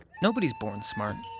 nobody's born smart.